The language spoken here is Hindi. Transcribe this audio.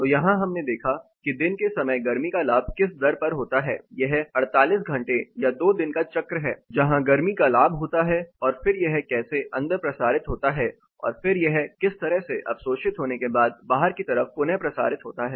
तो यहाँ हमने देखा कि दिन के समय गर्मी का लाभ किस दर पर होता है यह 48 घंटे या 2 दिन का चक्र है जहां गर्मी का लाभ होता है और फिर यह कैसे अंदर प्रसारित होता और फिर यह किस तरह से अवशोषित होने के बाद बाहर की तरफ पुन प्रसारित होता है